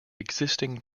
existing